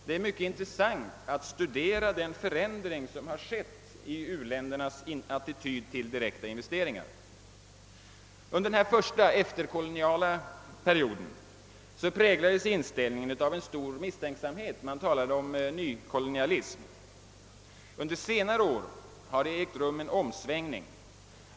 Det är mycket intressant att studera den förändring som har skett i u-ländernas attityd till direkta investeringar. Under den första efterkoloniala perioden präglades inställningen av en stor misstänksamhet. Man talade om nykolonialismen. Under senare år har det ägt rum en omsvängning.